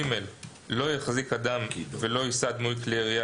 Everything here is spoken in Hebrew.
(ג)לא יחזיק אדם ולא יישא דמוי כלי ירייה